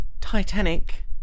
titanic